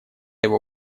его